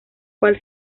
cual